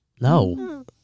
No